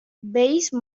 base